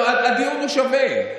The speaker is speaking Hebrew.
לא, הדיון הוא שווה.